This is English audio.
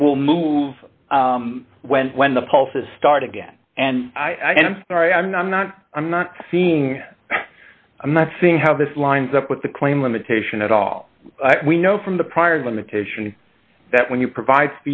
it will move when when the pulses start again and i'm sorry i'm not i'm not seeing i'm not seeing how this lines up with the claim limitation at all we know from the prior limitation that when you provide